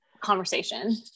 conversation